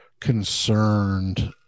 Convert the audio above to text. concerned